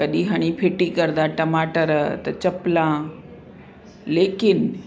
कॾहिं हणी फ़िटी करदा टमाटर त चप्पलां लेकिन